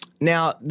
Now